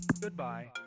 Goodbye